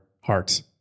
hearts